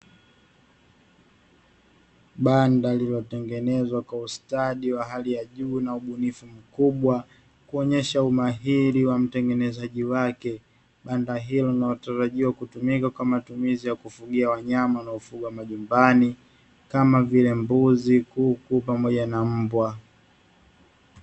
Banda lililotengenezwa kwa ustadi wa hali ya juu na ubunifu mkubwa, kuonyesha umahiri wa mtengenezaji. Banda hilo linalotarajiwa kutumika kwa matumizi ya kufugia wanyama wanaofugwa majumbani kama vile; kuku, mbuzi na mbwa,